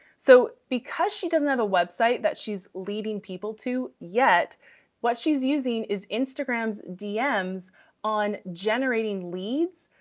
so because she doesn't have a website that she's leading people to yet what she's using is instagram's dms on generating leads,